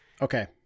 Okay